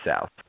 South